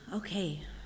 Okay